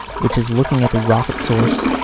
which is looking at the rocket source,